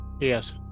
Yes